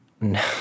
no